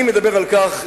אני מדבר על כך,